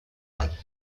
like